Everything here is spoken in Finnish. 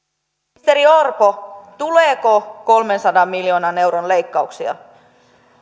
ministeri orpo tuleeko kolmensadan miljoonan euron leikkauksia